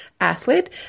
athlete